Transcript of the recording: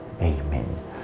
Amen